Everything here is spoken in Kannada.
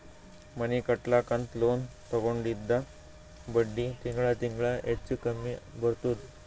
ಮನಿ ಕಟ್ಲಕ್ ಅಂತ್ ಲೋನ್ ತಗೊಂಡಿದ್ದ ಬಡ್ಡಿ ತಿಂಗಳಾ ತಿಂಗಳಾ ಹೆಚ್ಚು ಕಮ್ಮಿ ಬರ್ತುದ್